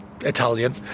Italian